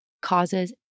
causes